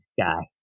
guy